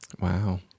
Wow